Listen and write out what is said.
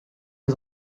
ihr